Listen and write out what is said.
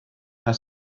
her